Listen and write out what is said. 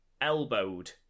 elbowed